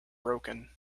broken